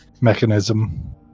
Mechanism